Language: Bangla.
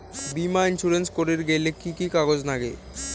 বীমা ইন্সুরেন্স করির গেইলে কি কি কাগজ নাগে?